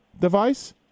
device